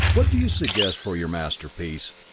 what do you suggest for your masterpiece?